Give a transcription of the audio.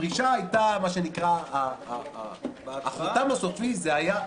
הפרישה הייתה מה שנקרא החותם הסופי שהיה --- בהצבעה?